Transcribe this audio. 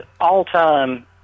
all-time